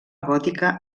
gòtica